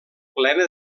plena